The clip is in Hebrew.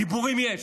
דיבורים יש,